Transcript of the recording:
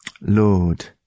Lord